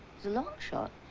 it's a long shot.